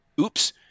oops